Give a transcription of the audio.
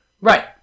Right